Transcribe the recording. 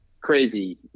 crazy